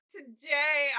Today